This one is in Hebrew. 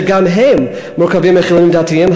שגם הוא מורכב מחילונים ודתיים,